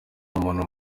n’umuntu